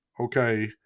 okay